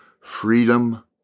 Freedom